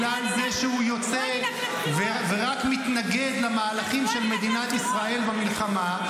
בגלל זה שהוא יוצא ורק מתנגד למהלכים של מדינת ישראל במלחמה.